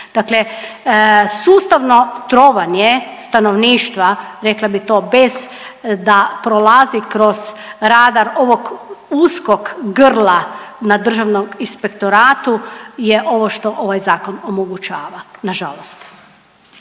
dakle sustavno trovanje stanovništva, rekla bi to bez da prolazi kroz radar ovog uskog grla na državnom inspektoratu je ovo što ovaj zakon omogućava, nažalost.